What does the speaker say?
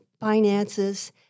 finances